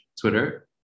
Twitter